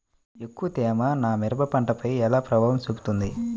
ఎక్కువ తేమ నా మిరప పంటపై ఎలా ప్రభావం చూపుతుంది?